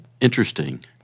interesting